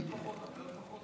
לא פחות?